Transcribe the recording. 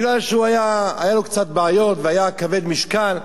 מכיוון שהיו לו קצת בעיות והיה כבד משקל,